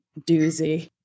doozy